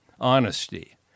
Honesty